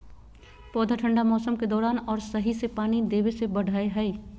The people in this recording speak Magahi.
पौधा ठंढा मौसम के दौरान और सही से पानी देबे से बढ़य हइ